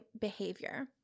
Behavior